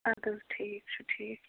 اَدٕ حظ ٹھیٖک چھُ ٹھیٖک چھُ